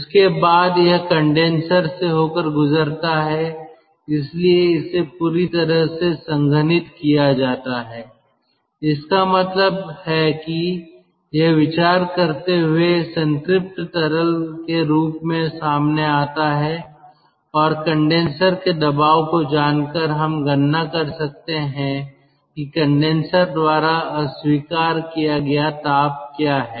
उसके बाद यह कंडेनसर से होकर गुजरता है इसलिए इसे पूरी तरह से संघनित किया जाता है इसका मतलब है कि यह विचार करते हुए संतृप्त तरल के रूप में सामने आता है और कंडेनसर के दबाव को जानकर हम गणना कर सकते हैं कि कंडेनसर द्वारा अस्वीकार किया गया ताप क्या हैं